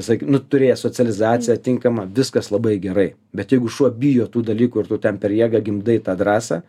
jisai nu turėjęs socializaciją tinkamą viskas labai gerai bet jeigu šuo bijo tų dalykų ir tu ten per jėgą gimdai tą drąsą